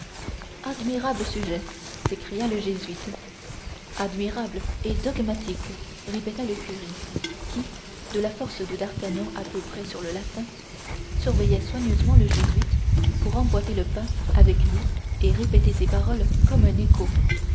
admirable sujet s'écria le jésuite admirable et dogmatique répéta le curé qui de la force de d'artagnan à peu près sur le latin surveillait soigneusement le jésuite pour emboîter le pas avec lui et répéter ses paroles comme un écho